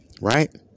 Right